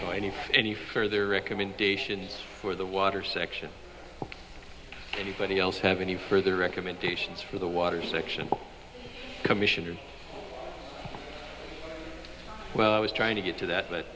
need any further recommendations for the water section anybody else have any further recommendations for the water section commissioner well i was trying to get to that but